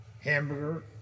Hamburger